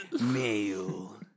male